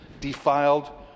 defiled